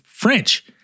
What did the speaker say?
French